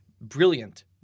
brilliant